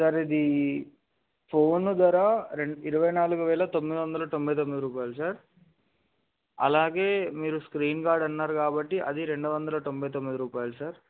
sir ఇది phone ధర రెం ఇరవై నాలుగు వేల తొమ్మిది వందల తొంభై తొమ్మిది రూపాయలు సార్ అలాగే మీరు స్క్రీన్ గార్డ్ అన్నారు కాబట్టి అది రెండు వందల తొంభై తొమ్మిది రూపాయలు సార్